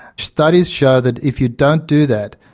studies show that if you don't do that,